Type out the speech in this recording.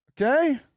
Okay